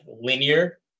linear